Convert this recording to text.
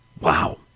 wow